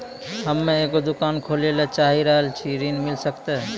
हम्मे एगो दुकान खोले ला चाही रहल छी ऋण मिल सकत?